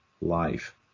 life